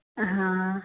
हाँ